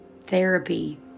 therapy